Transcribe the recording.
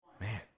Man